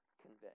convey